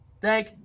Thank